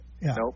Nope